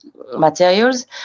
materials